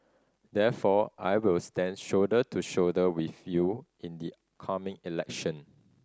therefore I will stand shoulder to shoulder with you in the coming election